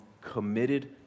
committed